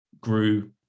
grew